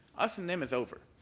us and them is over.